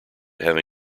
have